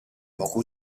poco